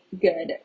good